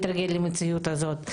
אי אפשר להתרגל למציאות הזאת.